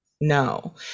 No